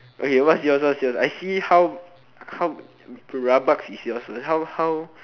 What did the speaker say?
okay what's yours what's yours I see how how rabak is yours first how how